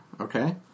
Okay